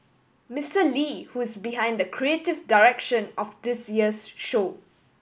Mister Lee who is behind the creative direction of this year's show